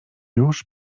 już